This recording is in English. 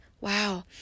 Wow